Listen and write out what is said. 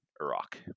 Iraq